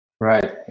Right